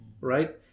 Right